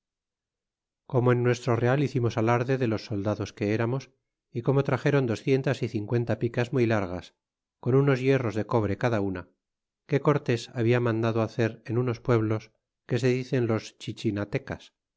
como en nuestro real hicimos alarde de los soldados que eramos y como traxéron docientas y cincuenta picas muy largas con t hierros de cobre cada una que cortés habia mandado hacer en unos pueblos que se dicen los